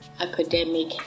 academic